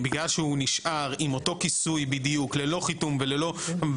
בגלל שהוא נשאר עם אותו כיסוי בדיוק ללא חיתום וללא